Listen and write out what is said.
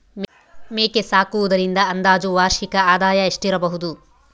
ಮೇಕೆ ಸಾಕುವುದರಿಂದ ಅಂದಾಜು ವಾರ್ಷಿಕ ಆದಾಯ ಎಷ್ಟಿರಬಹುದು?